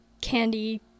candy